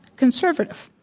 conservative.